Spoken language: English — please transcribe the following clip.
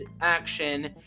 action